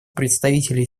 представителей